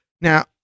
Now